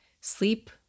sleep